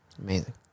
Amazing